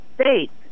States